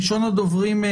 ראשון הדוברים,